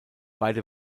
beide